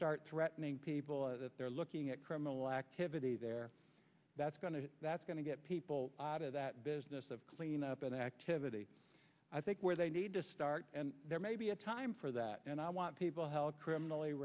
start threatening people if they're looking at criminal activity there that's going to that's going to get people out of that business of clean up an activity i think where they need to start and there may be a time for that and i want people held criminally